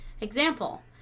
Example